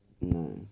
No